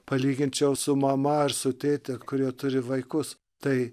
palyginčiau su mama ar su tėte kurie turi vaikus tai